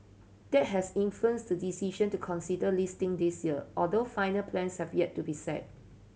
that has influenced the decision to consider listing this year although final plans have yet to be set